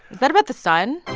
that about the sun?